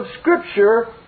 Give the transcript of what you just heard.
Scripture